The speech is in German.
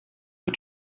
mit